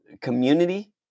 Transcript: community